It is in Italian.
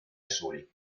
soli